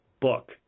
book